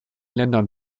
ländern